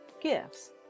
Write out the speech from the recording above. gifts